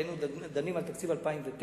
היינו דנים על תקציב 2009,